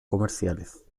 comerciales